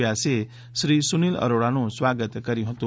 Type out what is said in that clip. વ્યાસે શ્રી સુનીલ અરોરાનું સ્વાગત કર્યું હતું